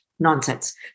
Nonsense